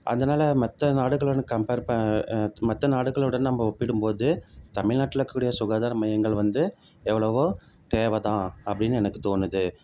அதனால மற்ற நாடுகளோடு கம்ப்பேர் ப மற்ற நாடுகளோடு நம்ம ஒப்பிடும் போது தமிழ்நாட்டுல இருக்கக்கூடிய சுகாதார மையங்கள் வந்து எவ்வளோவோ தேவைதான் அப்படின்னு எனக்கு தோணுது